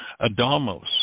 Adamos